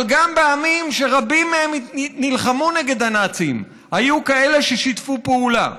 אבל גם בעמים שרבים מהם נלחמו נגד הנאצים היו כאלה ששיתפו פעולה.